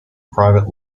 private